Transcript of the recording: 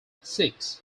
six